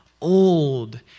old